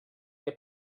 que